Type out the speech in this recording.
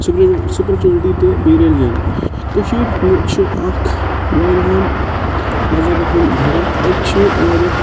super spirituality تہٕ بیٚیہِ religion کٔشیٖرِ چھِ اَکھ واریاہَن مزہبَن ہُنٛد گَرٕ اَتہِ چھِ واریاہ